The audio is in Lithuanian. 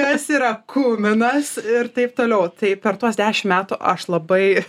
kas yra kuminas ir taip toliau tai per tuos dešimt metų aš labai